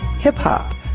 hip-hop